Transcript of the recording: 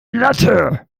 latte